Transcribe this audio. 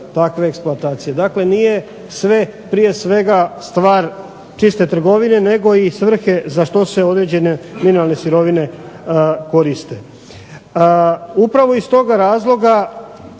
Dakle, nije sve prije svega stvar čiste trgovine nego i svrhe za što se određene mineralne sirovine koriste. Upravo iz toga razloga